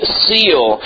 seal